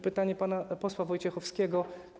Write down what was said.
Pytanie pana posła Wojciechowskiego.